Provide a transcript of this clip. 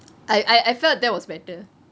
I I felt that was better